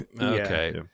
okay